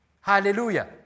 Hallelujah